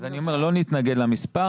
אני אומר שלא נתנגד למספר.